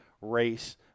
race